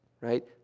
right